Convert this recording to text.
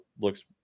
looks